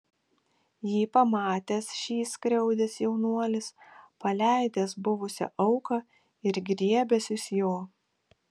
jį pamatęs šį skriaudęs jaunuolis paleidęs buvusią auką ir griebęsis jo